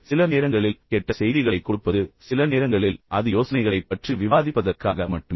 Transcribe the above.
சில நேரங்களில் கெட்ட செய்திகளைக் கொடுப்பது சில நேரங்களில் அது யோசனைகளைப் பற்றி விவாதிப்பதற்காக மட்டுமே